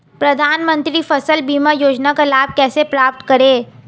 प्रधानमंत्री फसल बीमा योजना का लाभ कैसे प्राप्त करें?